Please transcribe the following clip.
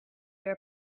your